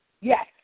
Yes